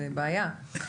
זו בעיה.